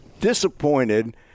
disappointed